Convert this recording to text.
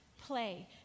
play